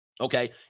Okay